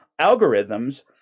algorithms